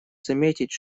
заметить